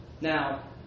Now